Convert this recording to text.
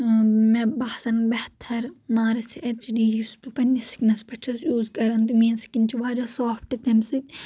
مےٚ باسان بہتر مارس اٮ۪چ ڈی یُس بہٕ پننِس سِکنس پیٹھ چھس یوٗز کران تہِ میٲنۍ سِکِن چھ واریاہ سافٹ تمہِ سۭتۍ